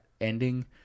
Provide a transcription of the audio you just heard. ending